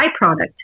byproduct